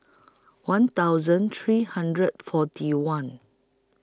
one thousand three hundred forty one